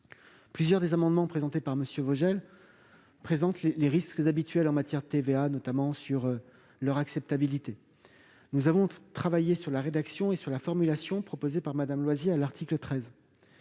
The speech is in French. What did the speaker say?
Plusieurs des amendements proposés par M. Vogel présentent les risques habituels en matière de TVA, notamment quant à leur acceptabilité. Nous avons travaillé sur la rédaction et sur la formulation proposées par Mme Loisier à l'amendement